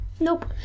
Nope